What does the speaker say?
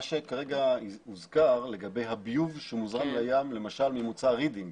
מה שכרגע הוזכר לגבי הביוב שמוזרם לים למשל ממוצא רידינג